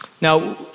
Now